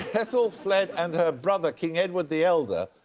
aethelflaed and her brother, king edward the elder,